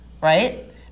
right